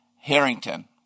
Harrington